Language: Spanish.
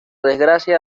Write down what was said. desgracia